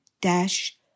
dash